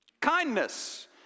Kindness